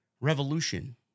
revolution